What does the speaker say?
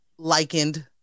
likened